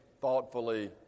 thoughtfully